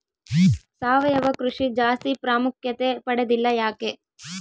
ಸಾವಯವ ಕೃಷಿ ಜಾಸ್ತಿ ಪ್ರಾಮುಖ್ಯತೆ ಪಡೆದಿಲ್ಲ ಯಾಕೆ?